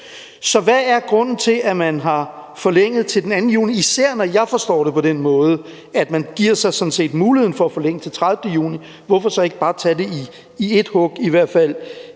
Så hvad er grunden til, at man har forlænget det til den 2. juni, især når jeg forstår det på den måde, at man sådan set giver muligheden for at forlænge det til den 30. juni? Hvorfor så ikke bare tage det i ét hug, i hvert fald